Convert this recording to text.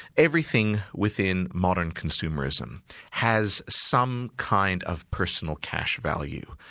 everything within modern consumerism has some kind of personal cash value.